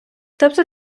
тобто